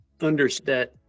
understand